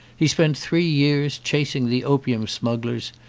he spent three years, chasing the opium smug glers,